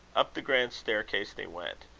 up the grand staircase they went,